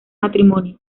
matrimonio